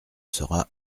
sera